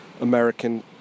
American